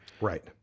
Right